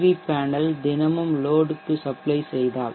we panel தினமும் load க்கு supply செய்தால்